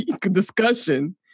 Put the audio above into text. discussion